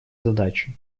задачи